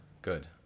Good